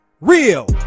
real